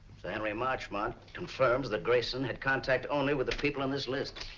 sir henry marchmont confirms that grayson had contact only with the people on this list.